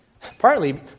partly